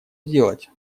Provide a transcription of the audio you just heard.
сделать